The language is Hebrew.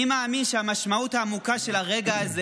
אני מאמין שהמשמעות העמוקה של הרגע הזה